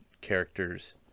characters